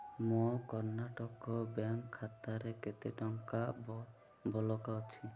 ମୋ କର୍ଣ୍ଣାଟକ ବ୍ୟାଙ୍କ୍ ଖାତାରେ କେତେ ଟଙ୍କା ବ ବଳକା ଅଛି